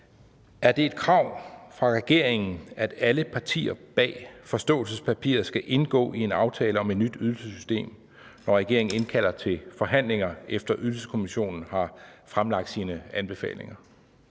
Er det et krav fra regeringen, at alle partier bag forståelsespapiret skal indgå i en aftale om et nyt ydelsessystem, når regeringen indkalder til forhandlinger, efter at Ydelseskommissionen har fremlagt sine anbefalinger?